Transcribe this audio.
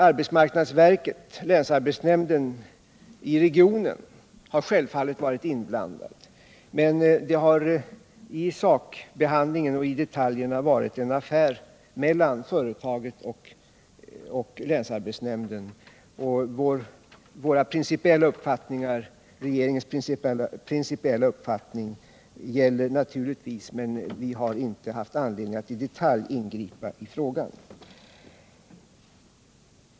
Arbetsmarknadsverket och länsarbetsnämnden i regionen har självfallet varit inblandade, men det har i sakbehandlingen och i detaljerna varit en affär mellan företagen och länsarbetsnämnden. Regeringens principiella uppfattning gäller naturligtvis, men vi har inte haft anledning att i detalj ingripa i frågan.